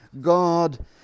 God